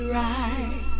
right